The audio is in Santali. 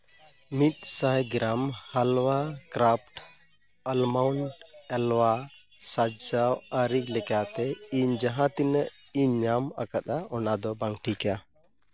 ᱢᱤᱫ ᱥᱟᱭ ᱜᱨᱟᱢ ᱦᱟᱞᱣᱟ ᱠᱨᱟᱯᱴ ᱟᱞᱢᱟᱣᱩᱱᱴ ᱮᱞᱚᱣᱟ ᱥᱟᱡᱟᱣ ᱟᱹᱨᱤ ᱞᱮᱠᱟᱛᱮ ᱤᱧ ᱡᱟᱦᱟᱸ ᱛᱤᱱᱟᱹᱜ ᱤᱧ ᱧᱟᱢ ᱟᱠᱟᱫᱼᱟ ᱚᱱᱟ ᱫᱚ ᱵᱟᱝ ᱴᱷᱤᱠᱟ